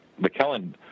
McKellen